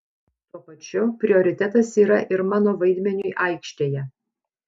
tuo pačiu prioritetas yra ir mano vaidmeniui aikštėje